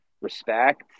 respect